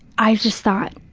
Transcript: i just thought,